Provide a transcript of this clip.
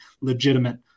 legitimate